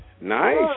Nice